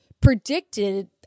predicted